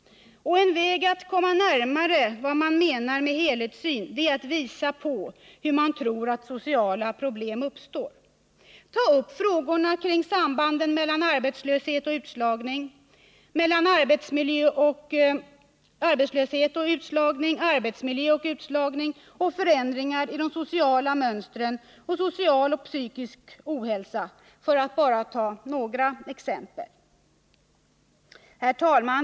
En väg att komma närmare vad man menar med helhetssyn är att visa på hur man tror att sociala problem uppstår. Ta upp frågorna om sambanden mellan arbetslöshet och utslagning, mellan arbetsmiljö och utslagning och mellan förändringar i de sociala mönstren och social och psykisk ohälsa, för att bara ta några exempel. Herr talman!